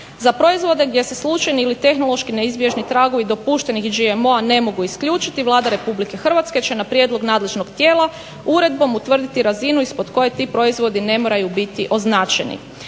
Za proizvode gdje se slučajni ili tehnološki neizbježni tragovi dopuštenih GMO-a ne mogu isključiti Vlada RH će na prijedlog nadležnog tijela uredbom utvrditi razinu ispod koje ti proizvodi ne moraju biti označeni."